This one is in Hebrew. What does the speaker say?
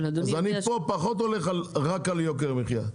אז אני פה פחות הולך רק על יוקר המחייה.